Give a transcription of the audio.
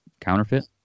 counterfeit